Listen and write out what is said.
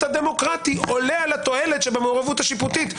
הדמוקרטי עולה על התועלת שבמעורבות השיפוטית.